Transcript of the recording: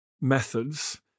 methods